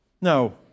No